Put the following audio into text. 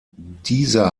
dieser